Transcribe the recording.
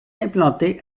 implantés